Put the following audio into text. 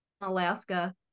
Alaska